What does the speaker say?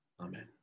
Amen